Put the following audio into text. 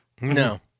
No